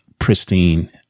Pristine